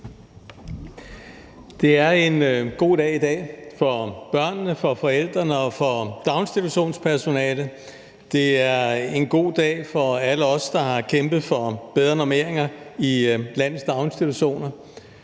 Det er en god dag i dag for børnene, for forældrene og for daginstitutionspersonalet. Det er en god dag for alle os, der har kæmpet for bedre normeringer i landets daginstitutioner.